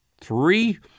three